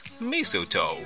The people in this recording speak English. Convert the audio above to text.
mistletoe